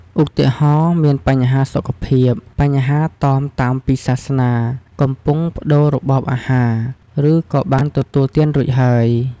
ឧទាហរណ៍ មានបញ្ហាសុខភាព បញ្ហាតមតាមពីសាសនា កំពង់ប្ដូររបបអាហារ ឬក៏បានទទួលទានរួចហើយ។